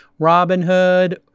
Robinhood